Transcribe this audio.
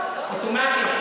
כיבוש, עם כיבוש, אוטומטית,